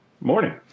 Morning